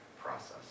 process